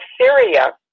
Syria